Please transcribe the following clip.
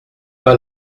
pas